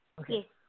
Okay